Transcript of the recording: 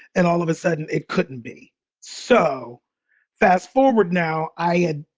and all of a sudden, it couldn't be so fast forward. now i had,